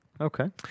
Okay